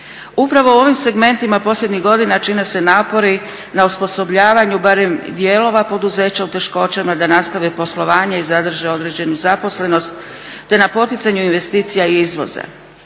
Upravo ovim segmentima posljednjih godina čine se napori na osposobljavanju barem dijelova poduzeća u teškoćama da nastave poslovanje i zadrže određenu zaposlenost te na poticanju investicija i izvoza.